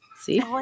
see